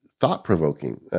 thought-provoking